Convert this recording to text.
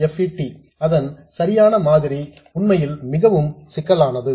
MOSFET ன் சரியான மாதிரி உண்மையில் மிகவும் சிக்கலானது